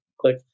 click